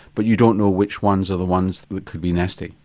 but you don't know which ones are the ones that could be nasty.